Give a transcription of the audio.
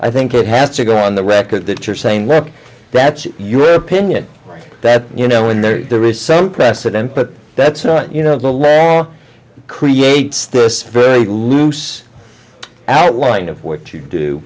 i think it has to go on the record that you're saying that that's your opinion that you know when there is some precedent but that's not you know the layout creates this very loose outline of what you do